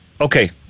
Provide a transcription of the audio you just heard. okay